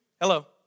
hello